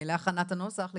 להכנת הנוסח לקריאה.